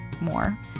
more